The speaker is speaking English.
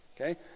okay